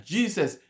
Jesus